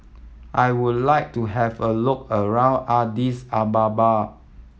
I would like to have a look around Addis Ababa